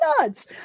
nuts